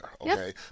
okay